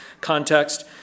context